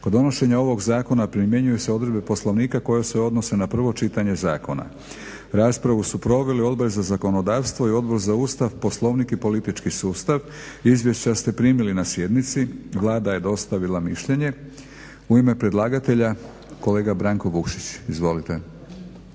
Kod donošenja ovog zakona primjenjuju se odredbe Poslovnika koje se odnose na prvo čitanje zakona. Rasprava su proveli Odbor za zakonodavstvo i Odbor za Ustav, Poslovnik i politički sustav. Izvješća ste primili na sjednici. Vlada je dostavila mišljenje. U ime predlagatelja kolega Branko Vukšić. Izvolite.